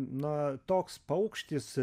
na toks paukštis